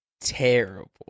terrible